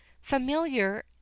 familiar